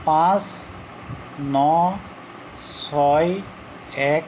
পাঁচ ন ছয় এক